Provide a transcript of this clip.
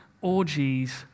orgies